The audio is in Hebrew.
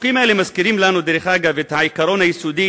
הפסוקים האלה מזכירים לנו את העיקרון היסודי